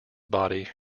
body